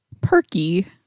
Perky